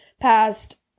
past